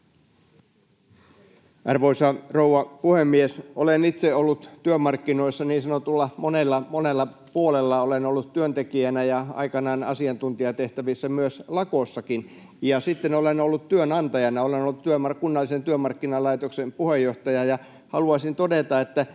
Arvoisa rouva puhemies! Olen itse ollut työmarkkinoilla niin sanotusti monella puolella: olen ollut työntekijänä ja aikanaan asiantuntijatehtävissä, myös lakossa, ja sitten olen ollut työnantajana — olen ollut Kunnallisen työmarkkinalaitoksen puheenjohtaja. Ja haluaisin todeta, että